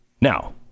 Now